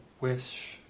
wish